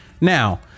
Now